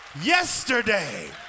yesterday